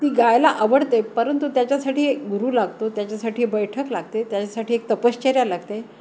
ती गायला आवडते परंतु त्याच्यासाठी एक गुरू लागतो त्याच्यासाठी बैठक लागते त्याच्यासाठी एक तपश्चर्या लागते